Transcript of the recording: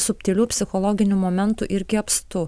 subtilių psichologinių momentų irgi apstu